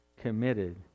committed